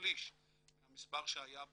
ל-1/3 מהמספר שהיה ב-2015.